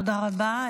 תודה רבה.